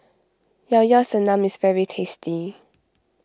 Llao Llao Sanum is very tasty